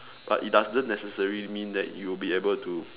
but it doesn't necessary mean that you'll able to